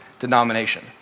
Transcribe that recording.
Denomination